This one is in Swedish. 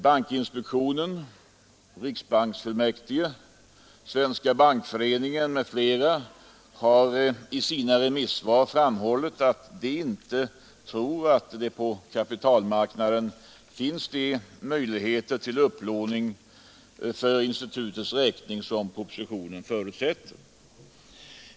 Bankinspektionen, riksbanksfullmäktige, Svenska bankföreningen m.fl. har i sina remissvar framhållit att de inte tror att på 145 Nr 117 kapitalmarknaden finns de möjligheter till upplåning för institutets Onsdagen den räkning som propositionen förutsätter.